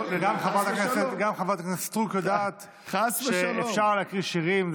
גם חברת הכנסת סטרוק יודעת שאפשר להקריא שירים,